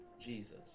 Jesus